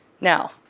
Now